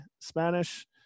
Spanish